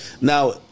Now